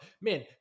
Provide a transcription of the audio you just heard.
man